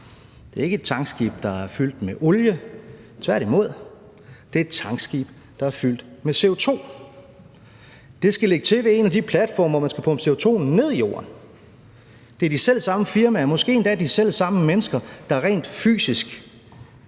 Det er ikke et tankskib, der er fyldt med olie, tværtimod, det er et tankskib, der er fyldt med CO2. Det skal lægge til ved en af de platforme, hvor man kan pumpe CO2'en ned i jorden. Det er de selv samme firmaer, måske endda de selv samme mennesker, der rent fysisk